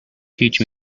teach